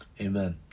Amen